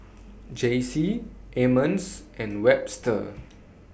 Jaycie Emmons and Webster